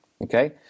Okay